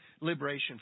liberation